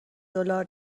دلار